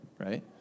Right